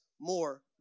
more